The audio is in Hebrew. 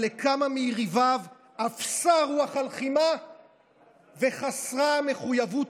אבל לכמה מיריביו אפסה רוח הלחימה וחסרה מחויבות